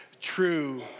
true